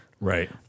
Right